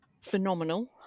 phenomenal